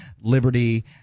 liberty